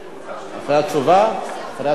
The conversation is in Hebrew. אחרי התשובה.